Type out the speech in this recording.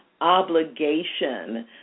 obligation